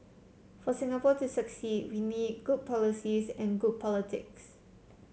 for Singapore to succeed we need good policies and good politics